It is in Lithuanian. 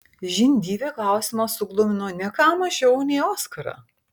žindyvę klausimas suglumino ne ką mažiau nei oskarą